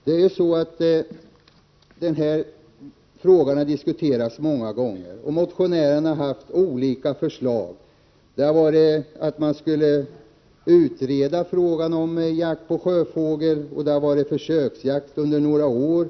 Frågan om vårjakt på sjöfågel har diskuterats många gånger, och motionärerna har haft olika förslag: att man skulle utreda frågan, att det skulle tillåtas försöksjakt under några år, att Prot.